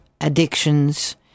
addictions